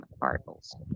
particles